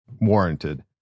warranted